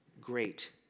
Great